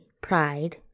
pride